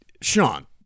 Sean